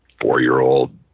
four-year-old